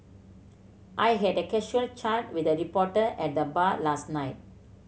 I had a casual chat with a reporter at the bar last night